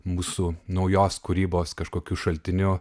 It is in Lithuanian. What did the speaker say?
mūsų naujos kūrybos kažkokiu šaltiniu